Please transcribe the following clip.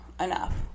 enough